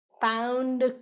found